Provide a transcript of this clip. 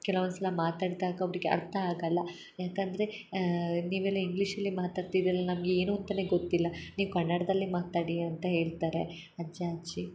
ಕೆಲ ಒಂದ್ಸಲ ಮಾತಾಡ್ದಾಗ ಅವ್ರಿಗೆ ಅರ್ತ ಆಗಲ್ಲ ಯಾಕ್ ಅಂದ್ರೆ ನೀವೆಲ್ಲ ಇಂಗ್ಲಿಷ್ ಅಲ್ಲಿ ಮಾತಾಡ್ತಿರಲ್ಲ ನಮಗೆ ಏನು ಅಂತನೆ ಗೊತ್ತಿಲ್ಲ ನೀವು ಕನ್ನಡದಲ್ಲೆ ಮಾತಾಡಿ ಅಂತ ಹೇಳ್ತಾರೆ ಅಜ್ಜ ಅಜ್ಜಿ